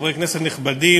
חברי כנסת נכבדים,